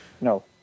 no